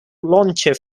launcher